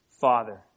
father